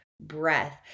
breath